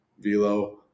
velo